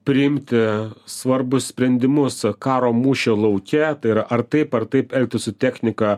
priimti svarbius sprendimus karo mūšio lauke tai yra ar taip ar taip elgtis su technika